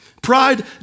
Pride